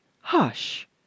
Hush